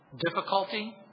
Difficulty